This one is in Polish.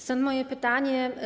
Stąd moje pytania.